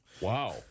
Wow